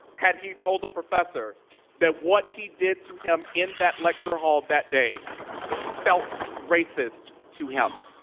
had he told the professor that what he did to him in that lecture hall that day felt racist to him.